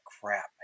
crap